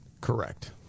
correct